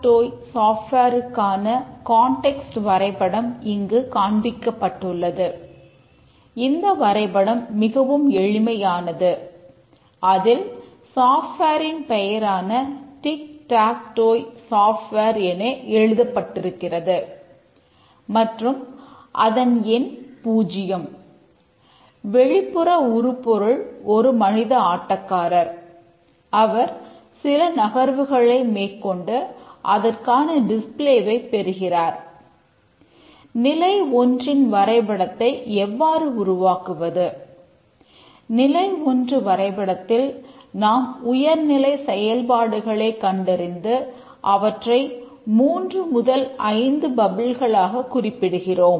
tic tac டோய் சாப்ட்வேருக்கான குறிப்பிடுகிறோம்